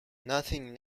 nothing